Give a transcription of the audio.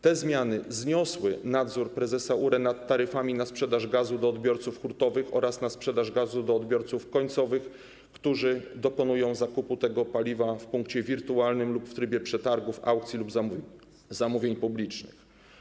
Te zmiany zniosły nadzór prezesa URE nad taryfami na sprzedaż gazu do odbiorców hurtowych oraz na sprzedaż gazu do odbiorców końcowych, którzy dokonują zakupu paliwa w punkcie wirtualnym lub w trybie przetargów, aukcji lub zamówień publicznych.